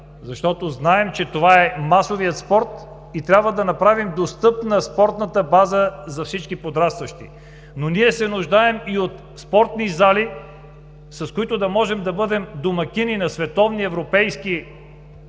защото знаем, че това е масовият спорт. Трябва да направим спортната база достъпна за всички подрастващи. Но ние се нуждаем и от спортни зали, с които да можем да бъдем домакини на световни, европейски и